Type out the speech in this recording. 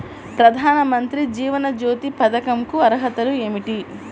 ప్రధాన మంత్రి జీవన జ్యోతి పథకంకు అర్హతలు ఏమిటి?